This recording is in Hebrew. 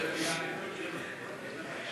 ויואל רזבוזוב לסעיף